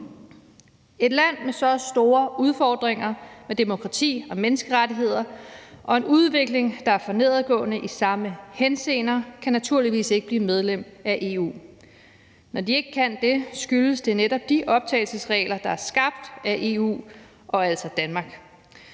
Et land med så store udfordringer med demokrati og menneskerettigheder og en udvikling, der er for nedadgående i samme henseender, kan naturligvis ikke blive medlem af EU. Når de ikke kan det, skyldes det netop de optagelsesregler, der er skabt af EU og altså Danmark